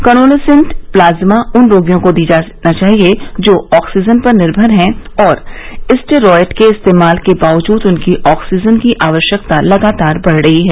convalescent plasma उन रोगियों को दिया जाना चाहिए जो ऑक्सीजन पर निर्भर हैं और स्टेरॉयड के इस्तेमाल के बावजूद उनकी ऑक्सीजन की आवश्यकता लगातार बढ़ रही है